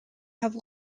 have